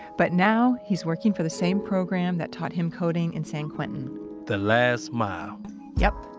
but now, he's working for the same program that taught him coding in san quentin the last mile yup.